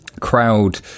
crowd